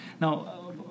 Now